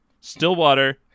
Stillwater